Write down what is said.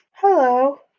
Hello